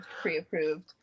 pre-approved